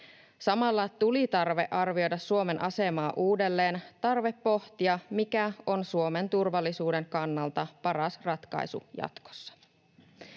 Samalla tuli tarve arvioida Suomen asemaa uudelleen, tarve pohtia, mikä on Suomen turvallisuuden kannalta paras ratkaisu jatkossa.